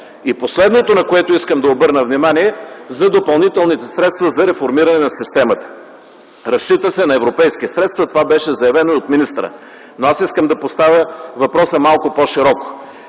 Последното, на което искам да обърна внимание, за допълнителните средства за реформиране на системата. Разчита се на европейски средства, това беше заявено и от министъра. Но аз искам да поставя въпроса малко по-широко: